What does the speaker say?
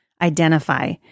identify